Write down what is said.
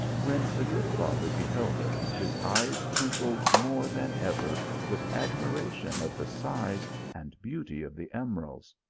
when the good father beheld it, his eyes twinkled more than ever, with admiration of the size and beauty of the emeralds.